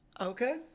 Okay